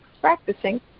practicing